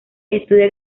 estudia